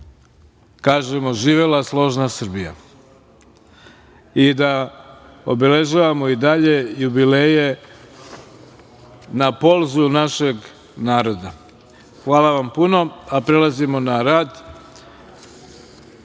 kažemo - živela složna Srbija i da obeležavamo i dalje jubileje na polzu našeg naroda. Hvala vam puno. Prelazimo na rad. Po